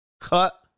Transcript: Cut